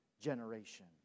generation